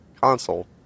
console